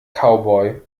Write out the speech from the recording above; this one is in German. cowboy